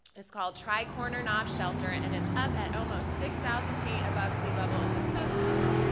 it's called tri-corner knot shelter and it's up at almost six thousand feet above sea level in the smokey's.